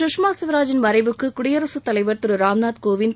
சுஷ்மா ஸ்வராஜின் மறைவுக்கு குடியரசு தலைவர் திரு ராம்நாத் கோவிந்த்